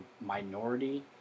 minority